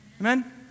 Amen